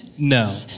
No